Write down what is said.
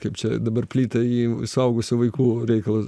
kaip čia dabar plytą į suaugusių vaikų reikalus